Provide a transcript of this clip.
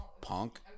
Punk